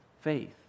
Faith